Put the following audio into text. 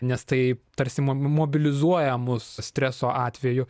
nes tai tarsi mo mobilizuoja mus streso atveju